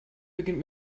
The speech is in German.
beginnt